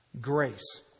grace